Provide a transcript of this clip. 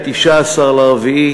19 באפריל,